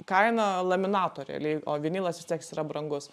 kaina laminato realiai o vinilas vis tiek jis yra brangus